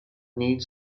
needs